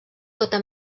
tota